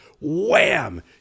wham